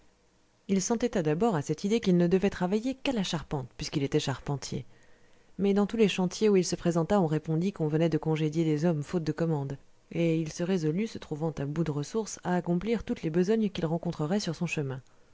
il s'entêta d'abord à cette idée qu'il ne devait travailler qu'à la charpente puisqu'il était charpentier mais dans tous les chantiers où il se présenta on répondit qu'on venait de congédier des hommes faute de commandes et il se résolut se trouvant à bout de ressources à accomplir toutes les besognes qu'il rencontrerait sur son chemin